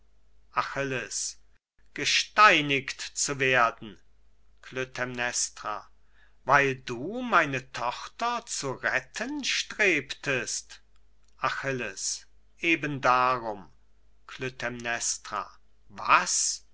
achilles gesteinigt zu werden klytämnestra weil du meine tochter zu retten strebtest achilles eben darum klytämnestra was